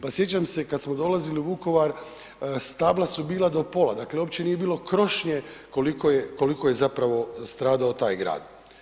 Pa sjećam se kad smo dolazili u Vukovar stabla su bila do pola, dakle uopće nije bilo krošnje koliko je zapravo stradao taj grad.